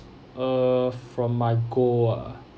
err from my goal ah